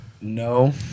No